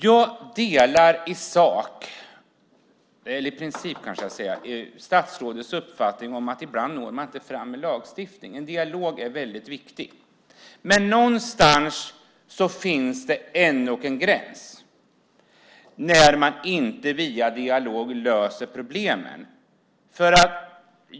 Jag delar i princip statsrådets uppfattning att man ibland inte når fram med lagstiftning. En dialog är väldigt viktig. Men någonstans finns det ändå en gräns där man inte via dialog löser problemen.